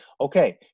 okay